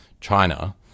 China